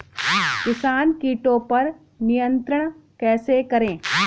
किसान कीटो पर नियंत्रण कैसे करें?